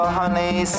honey